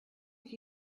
have